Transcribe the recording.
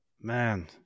man